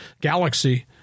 galaxy